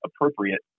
appropriate